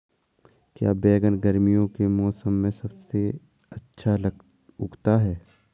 क्या बैगन गर्मियों के मौसम में सबसे अच्छा उगता है?